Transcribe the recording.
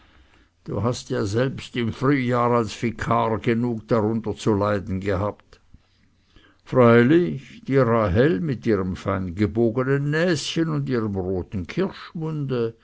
du hast ja selbst im frühjahre als vikar genug darunter zu leiden gehabt freilich die rahel mit ihrem feingebogenen näschen und ihrem roten kirschmunde